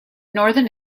northern